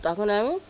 তখন আমি